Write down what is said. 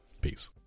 Peace